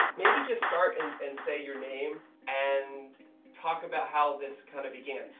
maybe just start and and say your name and talk about how this kind of began.